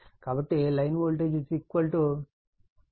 కాబట్టి line voltage √ 3 phase voltage